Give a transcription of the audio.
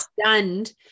stunned